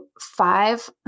five